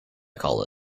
call